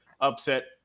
upset